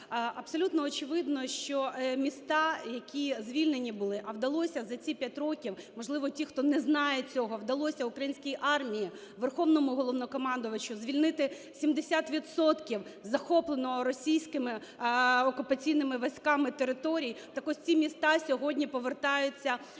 Абсолютно очевидно, що міста, які звільнені були, а вдалося за ці 5 років - можливо, ті, хто не знає цього, - вдалося українській армії, Верховному Головнокомандувачу звільнити 70 відсотків захоплених російськими окупаційними військами територій, так ось ці міста сьогодні повертаються до мирного